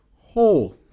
whole